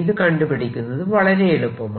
ഇത് കണ്ടുപിടിക്കുന്നത് വളരെ എളുപ്പമാണ്